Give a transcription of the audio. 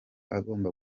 agomba